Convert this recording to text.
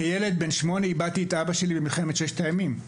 כשהייתי בן שמונה איבדתי את אבא שלי במלחמת ששת הימים.